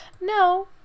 no